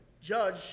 judge